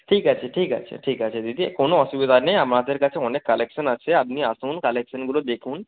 ঠিক আছে ঠিক আছে ঠিক আছে দিদি কোনো অসুবিধা নেই আমাদের কাছে অনেক কালেকশান আছে আপনি আসুন কালেকশানগুলো দেখুন